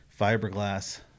fiberglass